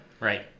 Right